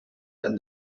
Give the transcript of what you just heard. than